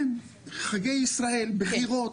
כן, חגי ישראל, בחירות,